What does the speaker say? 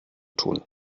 tun